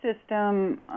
system